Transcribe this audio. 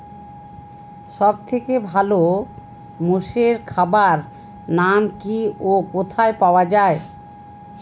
সব থেকে ভালো মোষের খাবার নাম কি ও কোথায় পাওয়া যায়?